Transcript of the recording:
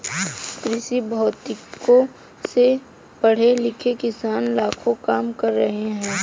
कृषिभौतिकी से पढ़े लिखे किसान लाखों कमा रहे हैं